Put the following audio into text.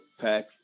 pack